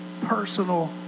personal